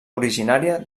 originària